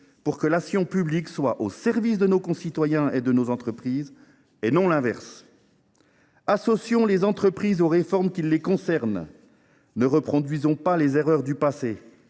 afin que l’action publique soit au service de nos concitoyens et de nos entreprises, et non l’inverse. Associons les entreprises aux réformes qui les concernent. Ne reproduisons pas les erreurs du passé